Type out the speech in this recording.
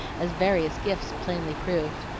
as various gifts plainly proved.